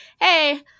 hey